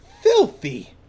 Filthy